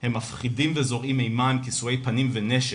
הם מפחידים וזורעים אימה עם כיסויי פנים ונשק",